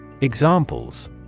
Examples